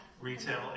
retail